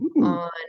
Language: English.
on